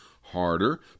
Harder